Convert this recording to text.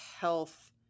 health